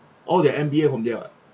all their M_B_A from there [what]